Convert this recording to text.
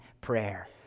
prayer